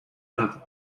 lado